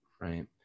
right